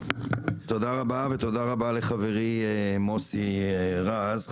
תודה רבה אדוני היושב-ראש ותודה לחברי חבר מוסי רז.